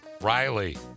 Riley